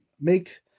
make